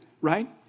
right